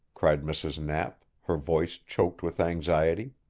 cried mrs. knapp, her voice choked with anxiety.